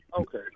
Okay